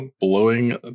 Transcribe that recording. blowing